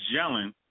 gelling